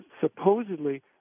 supposedly